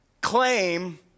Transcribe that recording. claim